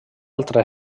altra